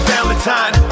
Valentine